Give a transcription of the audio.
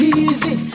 easy